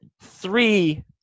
three